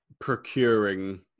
procuring